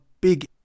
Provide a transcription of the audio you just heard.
big